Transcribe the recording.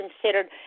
considered